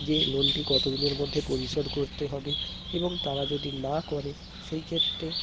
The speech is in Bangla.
যে লোনটি কত দিনের মধ্যে পরিশোধ করতে হবে এবং তারা যদি না করে সেই ক্ষেত্রে